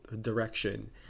direction